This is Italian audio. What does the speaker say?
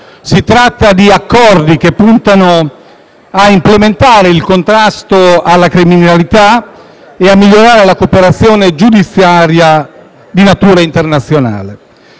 Si tratta di accordi che puntano a implementare il contrasto alla criminalità e a migliorare la cooperazione giudiziaria di natura internazionale.